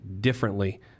Differently